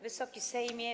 Wysoki Sejmie!